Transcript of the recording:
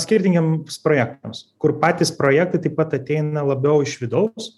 skirtingiems projektams kur patys projektai taip pat ateina labiau iš vidaus